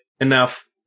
enough